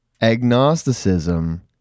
agnosticism